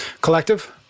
collective